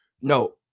No